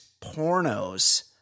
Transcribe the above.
pornos